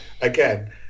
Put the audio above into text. again